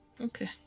Okay